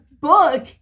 book